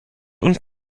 und